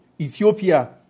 Ethiopia